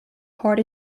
hard